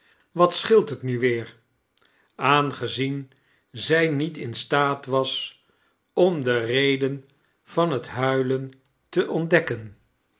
wat scheelt het nu weer aangezien zij niet in staat was om de reden van het huilen te ontdekken